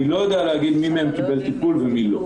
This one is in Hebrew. אני לא יודע להגיד מי מהם קיבל טיפול ומי לא.